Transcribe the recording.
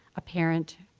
a parent,